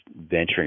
venturing